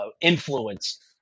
influence